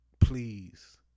Please